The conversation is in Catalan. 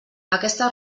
aquesta